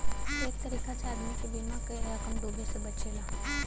एक तरीका से आदमी के बीमा क रकम डूबे से बचला